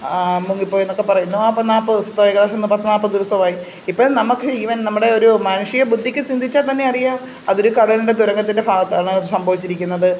മുങ്ങിപ്പോയി എന്നൊക്കെ പറയുന്നു അപ്പം നാൽപ്പത് ദിവസത്തെ ഏകദേശം പത്ത് നാൽപ്പത് ദിവസമായി ഇപ്പം നമുക്ക് ഈവൻ നമ്മുടെ ഒരു മനുഷ്യ ബുദ്ധിക്ക് ചിന്തിച്ചാൽ തന്നെ അറിയാം അതൊരു കടലിൻ്റെ തുരങ്കത്തിൻ്റെ ഭാഗത്താണ് അത് സംഭവിച്ചിരിക്കുന്നത്